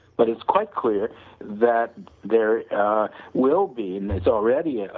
but it's quite clear that there will be and there's already ah